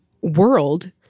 world